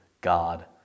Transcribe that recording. God